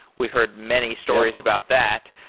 we've heard many stories about that.